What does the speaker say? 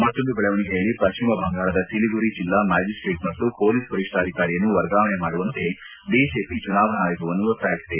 ಮತ್ತೊಂದು ಬೆಳವಣಿಗೆಯಲ್ಲಿ ಪಶ್ಚಿಮ ಬಂಗಾಳದ ಸಿಲಿಗುರಿ ಜಿಲ್ಲಾ ಮ್ಯಾಜಿಸ್ಟೇಟ್ ಮತ್ತು ಪೊಲೀಸ್ ವರಿಷ್ಠಾಧಿಕಾರಿಯನ್ನು ವರ್ಗಾವಣೆ ಮಾಡುವಂತೆ ಬಿಜೆಪಿ ಚುನಾವಣಾ ಆಯೋಗವನ್ನು ಒತ್ತಾಯಿಸಿದೆ